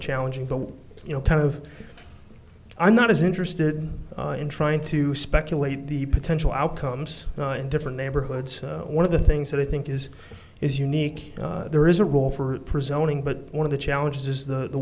challenging but you know kind of i'm not as interested in trying to speculate the potential outcomes in different neighborhoods one of the things that i think is is unique there is a role for zoning but one of the challenges is the